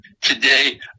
Today